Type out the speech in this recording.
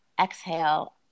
exhale